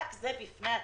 רק זה בפני עצמו,